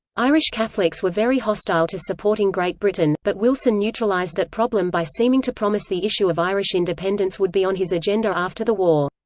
irish catholics were very hostile to supporting great britain, but wilson neutralized that problem by seeming to promise the issue of irish independence would be on his agenda after the war.